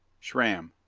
schramm.